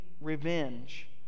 revenge